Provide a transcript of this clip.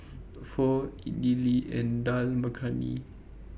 Pho Idili and Dal Makhani